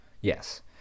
Yes